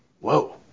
Whoa